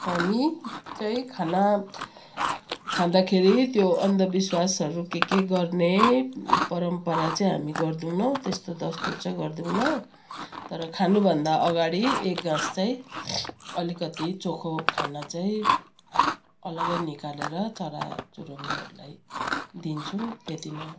हामी चाहिँ खाना खाँदाखेरि त्यो अन्धविश्वासहरू के के गर्ने परम्परा चाहिँ हामी गर्दैनौँ त्यस्तो दस्तुर चाहिँ गर्दैनौँ तर खानुभन्दा अगाडि एक गाँस चाहिँ अलिकति चोखो खाना चाहिँ अलग्गै निकालेर चरा चुरुङ्गीहरूलाई दिन्छौँ त्यति नै हो